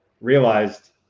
realized